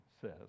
says